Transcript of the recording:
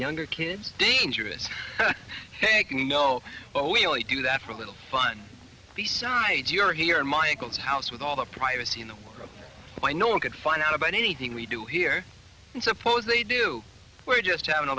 younger kids dangerous taking you know oh you only do that for a little fun besides you're here in my uncle's house with all the privacy in the world why no one could find out about anything we do here and suppose they do we're just having a